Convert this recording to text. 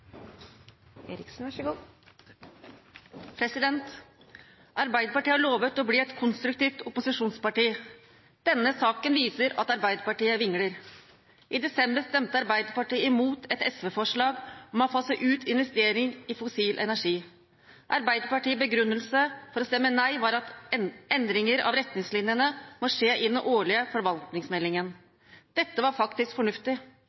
Arbeiderpartiet har lovet å bli et konstruktivt opposisjonsparti. Denne saken viser at Arbeiderpartiet vingler. I desember stemte Arbeiderpartiet imot et SV-forslag om å fase ut investeringer i fossil energi. Arbeiderpartiets begrunnelse for å stemme nei var at endringer av retningslinjene må skje i den årlige forvaltningsmeldingen. Dette var faktisk fornuftig.